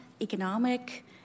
economic